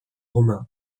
roumains